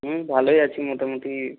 হুম ভালোই আছি মোটামোটি